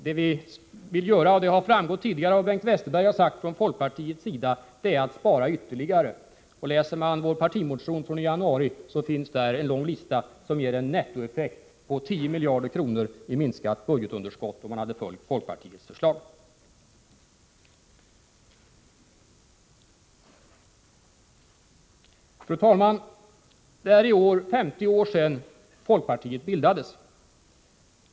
Vad vi vill göra — det har framgått tidigare av vad Bengt Westerberg sagt från folkpartiets sida — är att spara ytterligare. Läser man vår partimotion från januari ser man att det finns en lång lista där, som ger en nettoeffekt på 10 miljarder kronor i minskning av budgetunderskottet, om man hade följt folkpartiets förslag. Fru talman! Det är i år 50 år sedan folkpartiet bildades.